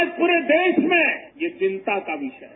आज पूरे देश में ये चिंता का विषय है